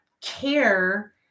care